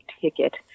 ticket